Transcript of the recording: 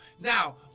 Now